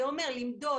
זה אומר למדוד,